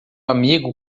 amigo